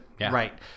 Right